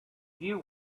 view